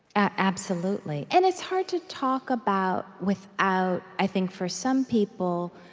absolutely. and it's hard to talk about without i think, for some people,